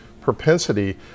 propensity